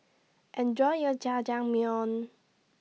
Enjoy your Jajangmyeon